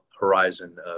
horizon